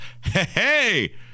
hey